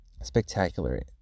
spectacular